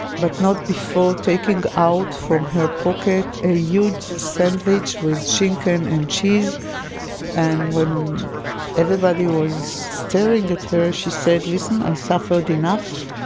but not before taking out from her pocket a huge sandwich with schinken and cheese and when everybody was staring at her she said, listen, i suffered enough.